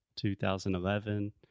2011